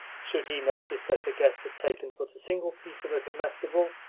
should he notice that a guest had taken but a single piece of a comestible,